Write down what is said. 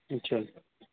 اچھا